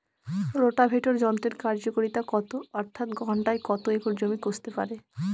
Rotavator যন্ত্রের কার্যকারিতা কত অর্থাৎ ঘণ্টায় কত একর জমি কষতে পারে?